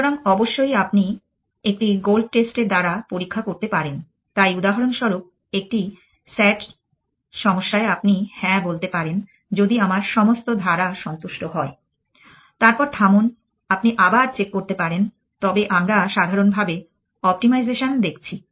সুতরাং অবশ্যই আপনি একটি গোল্ড টেস্ট এর দ্বারা পরীক্ষা করতে পারেন তাই উদাহরণস্বরূপ একটি SAT সমস্যায় আপনি হ্যাঁ বলতে পারেন যদি আমার সমস্ত ধারা সন্তুষ্ট হয় তারপর থামুন আপনি আবার চেক করতে পারেন তবে আমরা সাধারণভাবে অপটিমাইজেশন দেখছি